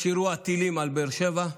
יש אירוע טילים על באר שבע,